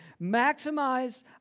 maximize